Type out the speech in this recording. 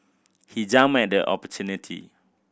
he jumped at the opportunity